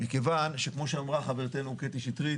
מכיוון שכמו שאמרה חברתנו קטי שטרית,